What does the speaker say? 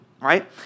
Right